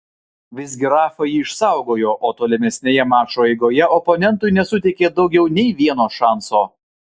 visgi rafa jį išsaugojo o tolimesnėje mačo eigoje oponentui nesuteikė daugiau nei vieno šanso